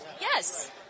Yes